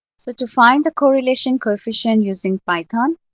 so to find the correlation coefficient using python,